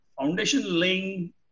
foundation-laying